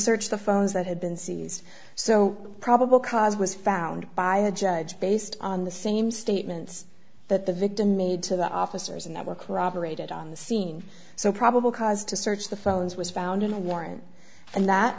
search the phones that had been seized so probable cause was found by the judge based on the same statements that the victim made to the officers and that were corroborated on the scene so probable cause to search the felons was found in a warrant and that